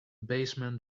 baseman